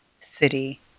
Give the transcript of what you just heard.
City